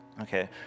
okay